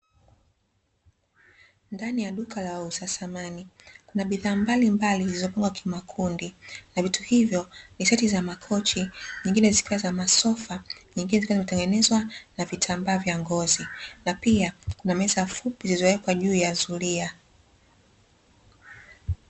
Ndani ya duka la wauza samani kuna bidhaa mbalimbali, zilizopangwa kimakundi na vitu hivyo ni seti za makochi, nyingine zikiwa za masofa nyingine zikiwa zimetengenezwa na vitambaa vya ngozi na pia kuna meza fupi zilizowekwa juu ya zulia.